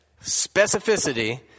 specificity